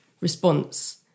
response